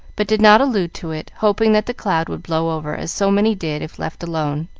but did not allude to it, hoping that the cloud would blow over as so many did if left alone.